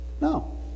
no